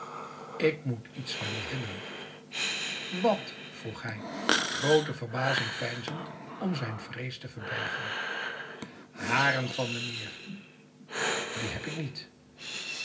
ik moet iets van je hebben wat vroeg hij grote verbazing veinzend om zijn vrees te verbergen haren van meneer die heb ik nietf